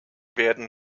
werden